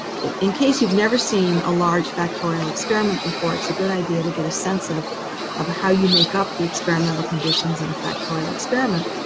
in case you've never seen a large factorial experiment before, it's a good idea to get a sense of of how you make up the experimental conditions in a factorial experiment.